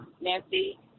Nancy